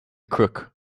crook